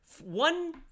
One